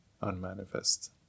unmanifest